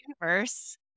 Universe